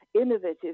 innovative